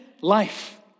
life